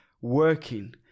working